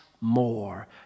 more